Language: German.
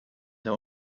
der